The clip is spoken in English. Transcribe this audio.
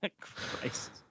Christ